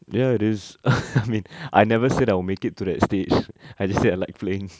ya it is I mean I never say that I will make it to that stage I just say I like playing